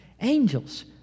angels